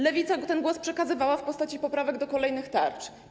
Lewica ten głos przekazywała w postaci poprawek do kolejnych tarcz.